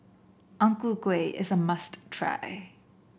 Ang Ku Kueh is a must try